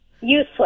Useless